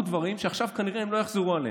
דברים שעכשיו כנראה הם לא יחזרו עליהם.